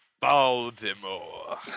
Baltimore